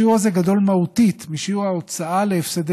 השיעור הזה גדול מהותית משיעור ההוצאה להפסדי